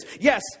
Yes